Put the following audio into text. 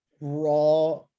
raw